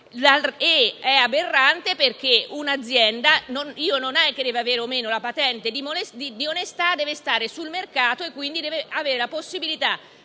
è aberrante perché un'azienda non deve avere o no la patente di onestà; deve stare sul mercato, e quindi avere la possibilità,